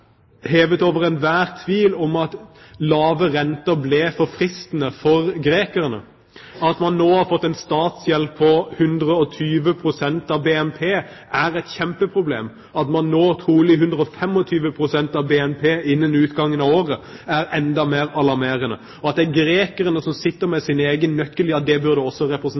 hevet over enhver tvil at lave renter ble for fristende for grekerne. At man nå har fått en statsgjeld på 120 pst. av BNP, er et kjempeproblem, og at man trolig når 125 pst. av BNP innen utgangen av året, er enda mer alarmerende. At det er grekerne som sitter med sin egen nøkkel, ja det burde også